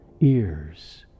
ears